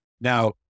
Now